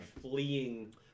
fleeing